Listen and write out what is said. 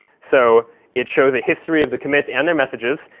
so it shows the history of the commits and their messages.